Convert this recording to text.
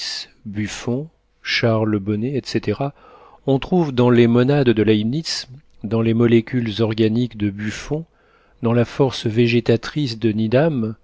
buffon charles bonnet etc on trouve dans les monades de leibnitz dans les molécules organiques de buffon dans la force végétatrice de needham